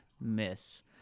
miss